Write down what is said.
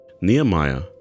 Nehemiah